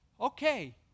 Okay